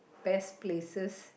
best places